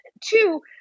two